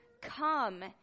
come